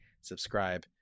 subscribe